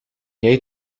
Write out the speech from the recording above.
jij